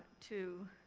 to